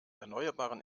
erneuerbaren